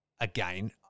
Again